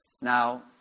Now